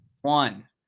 One